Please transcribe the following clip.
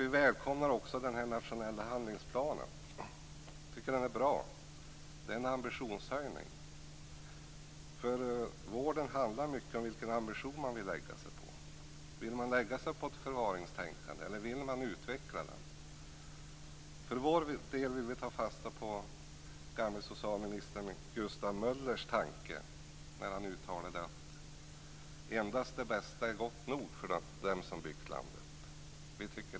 Vi välkomnar också den nationella handlingsplanen. Den är bra och tyder på en ambitionshöjning. Vården handlar mycket om vilken ambition som man vill lägga sig på. Vill man lägga sig på ett förvaringstänkande eller vill man utveckla den? För vår del vill vi ta fasta på den gamle socialministern Gustaf Möllers tanke. Han uttalade: Endast det bästa är gott nog för dem om har byggt landet.